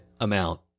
amount